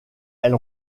elle